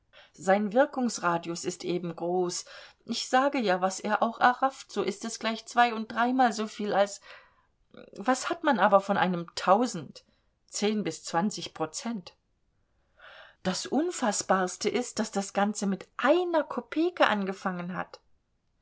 sein wirkungsradius ist eben groß ich sage ja was er auch errafft so ist es gleich zwei und dreimal soviel als was hat man aber von einem tausend zehn bis zwanzig prozent das unfaßbarste ist daß das ganze mit einer kopeke angefangen hat